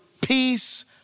peace